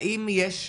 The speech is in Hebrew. האם יש,